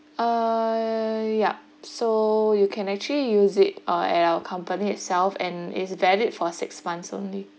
uh yup so you can actually use it uh at our company itself and is valid for six months only